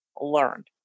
learned